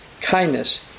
kindness